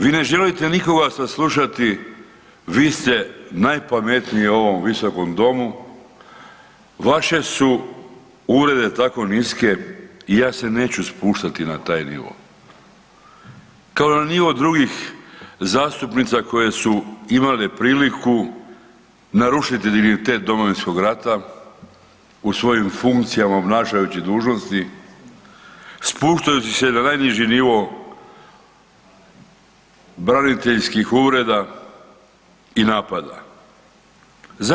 Vi ne želite nikoga saslušati, vi ste najpametniji u ovom Visokom domu, vaše su uvrede tako niske i ja se neću spuštati na taj nivo, kao ni na nivo drugih zastupnica koje su imale priliku narušiti dignitet Domovinskog rata u svojim funkcijama obnašajući dužnosti, spuštajući se na najniži nivo braniteljskih uvreda i napada.